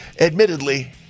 Admittedly